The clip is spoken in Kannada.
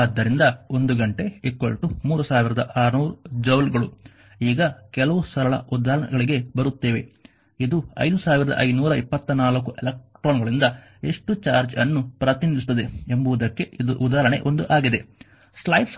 ಆದ್ದರಿಂದ ಒಂದು ಗಂಟೆ 3600 ಜೌಲ್ಗಳು ಈಗ ಕೆಲವು ಸರಳ ಉದಾಹರಣೆಗಳಿಗೆ ಬರುತ್ತೇವೆ ಇದು 5524 ಎಲೆಕ್ಟ್ರಾನ್ಗಳಿಂದ ಎಷ್ಟು ಚಾರ್ಜ್ ಅನ್ನು ಪ್ರತಿನಿಧಿಸುತ್ತದೆ ಎಂಬುದಕ್ಕೆ ಇದು ಉದಾಹರಣೆ 1 ಆಗಿದೆ